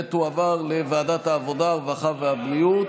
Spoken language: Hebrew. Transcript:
ותועבר לוועדת העבודה, הרווחה והבריאות.